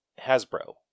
Hasbro